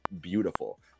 beautiful